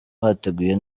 bateguye